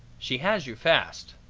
she has you fast.